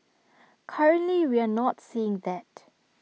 currently we are not seeing that